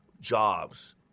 jobs